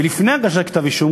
ולפני הגשת כתב-אישום,